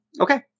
Okay